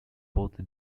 both